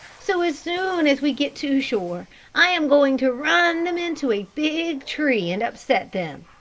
so as soon as we get to shore i am going to run them into a big tree and upset them.